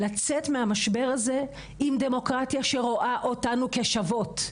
לצאת מהמשבר הזה עם דמוקרטיה שרואה אותנו כשוות,